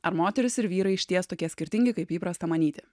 ar moteris ir vyrai išties tokie skirtingi kaip įprasta manyti